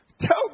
tell